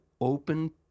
open